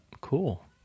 Cool